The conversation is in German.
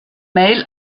mail